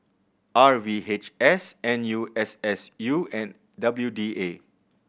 R V H S N U S S U and W D A